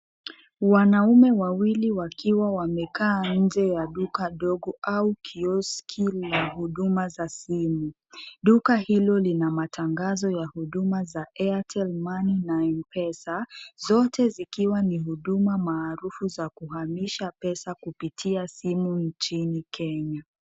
Wanaume wawili wakiwa wamekaa nje ya Duka dogo au kioski la huduma za simu. Duka hilo lina matangazo ya huduma za Airtel Money na Mpesa, zote zikiwa ni huduma maarufu ya kuhamisha pesa kupitia simu nchini Kenya.